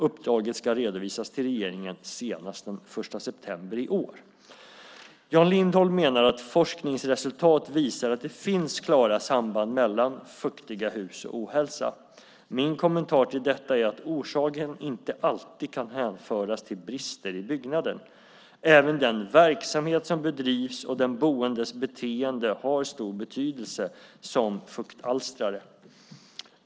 Uppdraget ska redovisas till regeringen senast den 1 september i år. Jan Lindholm menar att forskningsresultat visar att det finns klara samband mellan så kallade fuktiga hus och ohälsa. Min kommentar till detta är att orsaken inte alltid kan hänföras till brister i byggnaden. Även den verksamhet som bedrivs och den boendes beteende har stor betydelse som fuktalstrare.